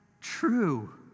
true